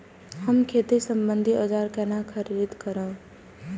हम खेती सम्बन्धी औजार केना खरीद करब?